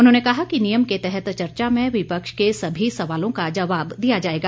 उन्होंने कहा कि नियम के तहत चर्चा में विपक्ष के सभी सवालों का जवाब दिया जाएगा